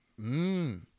Mmm